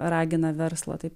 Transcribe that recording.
ragina verslą taip